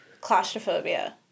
claustrophobia